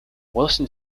wilson